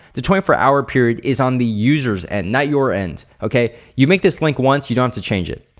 the twenty four hour period is on the user's end, not your end, okay? you make this link once, you don't have to change it.